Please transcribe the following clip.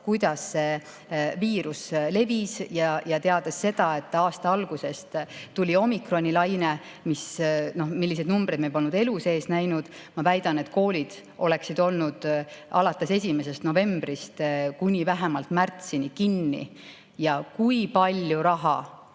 kuidas see viirus levis, ja teades seda, et aasta algusest tuli omikronilaine ja selliseid numbreid me polnud elu sees näinud, ma väidan, et koolid oleksid olnud alates 1. novembrist kuni vähemalt märtsini kinni. Ja kui palju raha